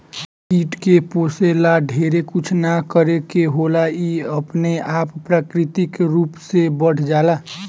कीट के पोसे ला ढेरे कुछ ना करे के होला इ अपने आप प्राकृतिक रूप से बढ़ जाला